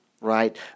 Right